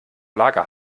lager